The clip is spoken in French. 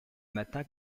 matin